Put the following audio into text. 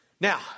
Now